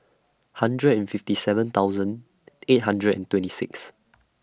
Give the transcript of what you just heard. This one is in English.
hundred and fifty seven thousand eight hundred and twenty six